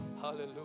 Hallelujah